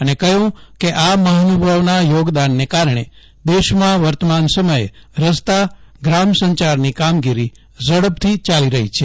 તેમણે હતું કેઆ મહાનુભાવોના યોગદાનને કારણે દેશમાં વર્તમાન સમયે રસ્તા ગ્રામ સંચારની કામગીરી ઝડપથી ચાલી રહી છે